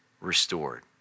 restored